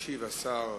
ישיב סגן השר,